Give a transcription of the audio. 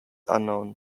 unknown